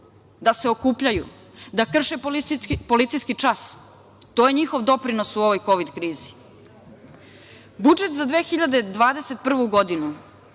da se okupljaju, da krše policijski čas. To je njihov doprinos u ovoj kovid krizi. Budžet za 2021. godinu